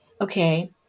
okay